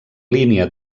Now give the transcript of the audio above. línia